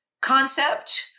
concept